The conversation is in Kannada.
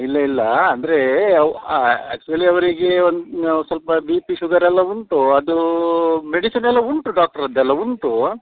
ಇಲ್ಲ ಇಲ್ಲ ಅಂದ್ರೆ ಆ್ಯಕ್ಚುಲಿ ಅವರಿಗೆ ಒಂದು ಸ್ವಲ್ಪ ಬಿ ಪಿ ಶುಗರೆಲ್ಲ ಉಂಟು ಅದು ಮೆಡಿಸಿನೆಲ್ಲ ಉಂಟು ಡಾಕ್ಟ್ರದ್ದೆಲ್ಲ ಉಂಟು